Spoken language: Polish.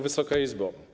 Wysoka Izbo!